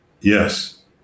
Yes